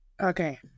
Okay